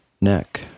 neck